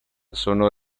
sono